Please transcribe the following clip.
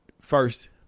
First